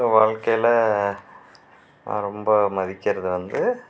வாழ்க்கையில் நான் ரொம்ப மதிக்கிறது வந்து